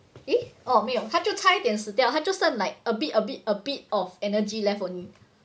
eh 哦没有他就差点死掉它就剩 like a bit a bit a bit of energy left only